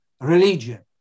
religion